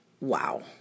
Wow